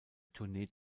tournee